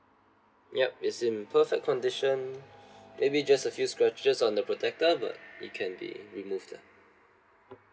yup is in perfect condition maybe just a few scratches on the protector but it can be removed lah